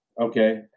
okay